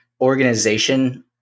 organization